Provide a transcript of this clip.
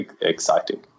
exciting